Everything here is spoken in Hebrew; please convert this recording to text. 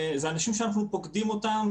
זה אנשים שאנחנו פוקדים אותם.